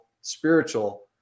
spiritual